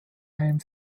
einem